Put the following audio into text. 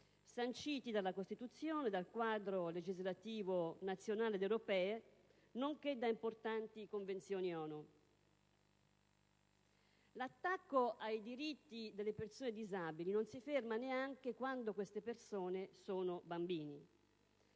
sanciti dalla Costituzione, dal quadro legislativo nazionale ed europeo, nonché da importanti convenzioni dell'ONU. L'attacco ai diritti delle persone disabili non si ferma neanche quando queste persone sono bambini.